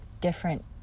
different